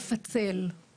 נופלים פה רשויות סתם.